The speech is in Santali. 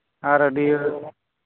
ᱟᱨ ᱟᱹᱰᱤᱭᱟᱹ